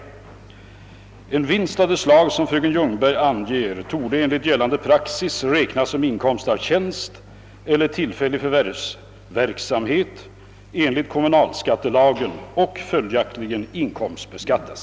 En vinst av det slag som fröken Ljungberg anger torde enligt gällande praxis räknas som inkomst av tjänst eller tillfällig förvärvsverksamhet enligt kommunalskattelagen och följaktligen inkomstbeskattas.